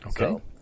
Okay